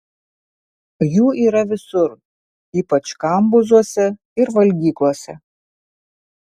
jų yra visur ypač kambuzuose ir valgyklose